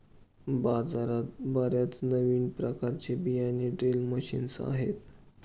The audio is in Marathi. बाजारात बर्याच नवीन प्रकारचे बियाणे ड्रिल मशीन्स आहेत